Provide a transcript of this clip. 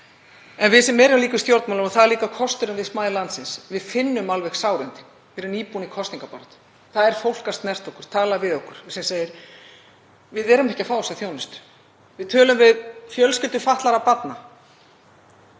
En við sem erum í stjórnmálum, og það er líka kosturinn við smæð landsins, finnum alveg sárindin. Við erum nýbúin í kosningabaráttu, fólk er að snerta okkur, tala við okkur og segir: Við erum ekki að fá þessa þjónustu. Við tölum við fjölskyldur fatlaðra barna.